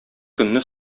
көнне